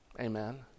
Amen